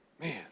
Man